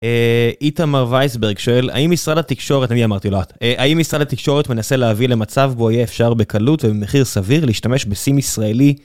איתמר וייסברג שואל, האם משרד התקשורת, אני אמרתי לא את, האם משרד התקשורת מנסה להביא למצב בו יהיה אפשר בקלות ובמחיר סביר להשתמש בסים ישראלי?